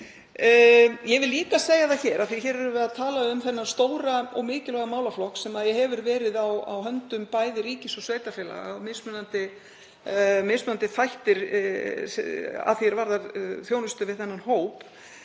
Ég vil líka segja það hér, af því að við erum að tala um þennan stóra og mikilvæga málaflokk sem verið hefur á höndum bæði ríkis og sveitarfélaga, og mismunandi þætti að því er varðar þjónustu við þennan hóp,